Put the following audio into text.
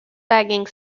bagging